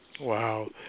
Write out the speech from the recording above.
Wow